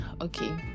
okay